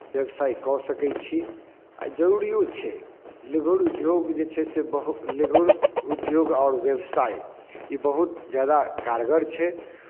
व्यवसाय कऽ सकै छी आ जरूरिओ छै लघु उद्योग जे छै से बहुत लघु उद्योग आओर व्यवसाय ई बहुत ज्यादा कारगर छै